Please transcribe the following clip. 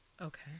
Okay